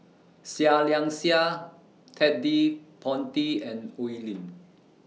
Seah Liang Seah Ted De Ponti and Oi Lin